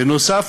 בנוסף,